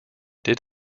did